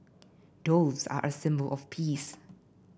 doves are a symbol of peace